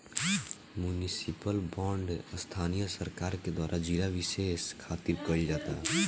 municipal bond स्थानीय सरकार के द्वारा जिला बिशेष खातिर कईल जाता